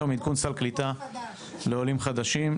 בנושא: עדכון סל הקליטה לעולים חדשים,